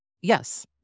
Yes